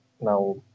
now